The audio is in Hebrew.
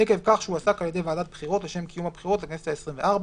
עקב כך שהועסק על ידי ועדת בחירות לשם קיום הבחירות לכנסת העשרים וארבע